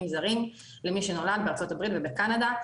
זרים למי שנולד בארצות הברית ובקנדה,